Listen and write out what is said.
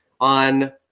on